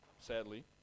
sadly